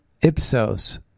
Ipsos